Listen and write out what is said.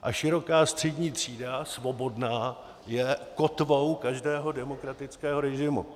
A široká střední třída, svobodná, je kotvou každého demokratického režimu.